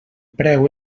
preu